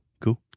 Cool